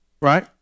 right